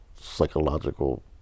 psychological